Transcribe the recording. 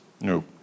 No